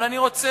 אבל אני רוצה